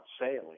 sailing